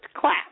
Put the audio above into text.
class